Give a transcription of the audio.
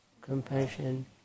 compassion